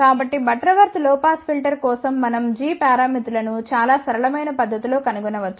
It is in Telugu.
కాబట్టి బటర్వర్త్ లొ పాస్ ఫిల్టర్ కోసం మనం g పారామితులను చాలా సరళమైన పద్ధతిలో కనుగొనవచ్చు